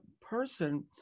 person